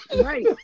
Right